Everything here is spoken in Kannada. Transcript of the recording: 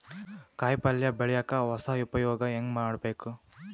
ಕಾಯಿ ಪಲ್ಯ ಬೆಳಿಯಕ ಹೊಸ ಉಪಯೊಗ ಹೆಂಗ ಮಾಡಬೇಕು?